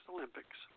Olympics